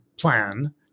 plan